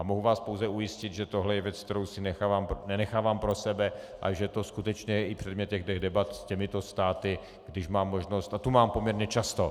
Mohu vás pouze ujistit, že tohle je věc, kterou si nenechávám pro sebe, a že to je skutečně i předmětem debat s těmito státy, když mám možnost, a tu mám poměrně často.